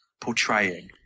portraying